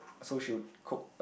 so she would cook